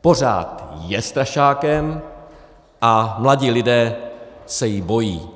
pořád je strašákem a mladí lidé se jí bojí.